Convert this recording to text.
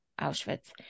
Auschwitz